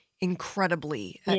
incredibly